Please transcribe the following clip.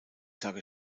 tage